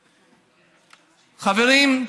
חברים,